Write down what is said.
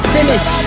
Finish